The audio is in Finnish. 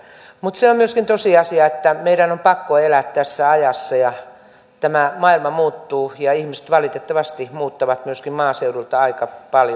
mutta se on myöskin tosiasia että meidän on pakko elää tässä ajassa ja tämä maailma muuttuu ja ihmiset valitettavasti muuttavat myöskin maaseudulta aika paljon pois